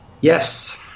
Yes